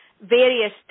various